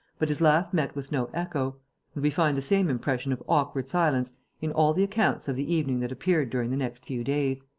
but his laugh met with no echo and we find the same impression of awkward silence in all the accounts of the evening that appeared during the next few days.